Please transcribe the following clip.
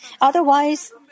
Otherwise